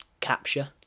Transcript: capture